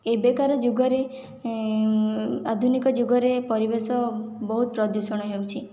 ଏବେକାର ଯୁଗରେ ଆଧୁନିକ ଯୁଗରେ ପରିବେଶ ବହୁତ ପ୍ରଦୂଷଣ ହେଉଛି